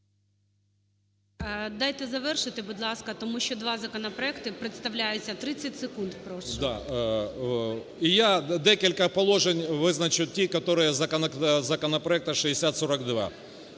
Дайте завершити, будь ласка, тому що два законопроекти представляються. 30 секунд, прошу. БАКУМЕНКО О.Б. Я декілька положень визначу - ті, як законопроекту 6042.